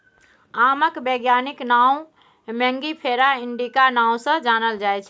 आमक बैज्ञानिक नाओ मैंगिफेरा इंडिका नाओ सँ जानल जाइ छै